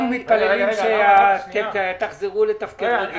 אנחנו מתפללים שאתם תחזרו לתפקוד רגיל.